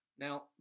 Now